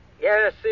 Yes